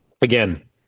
again